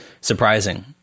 surprising